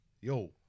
Yo